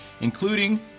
including